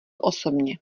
osobně